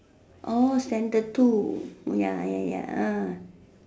center two ya ya ya